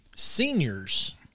Seniors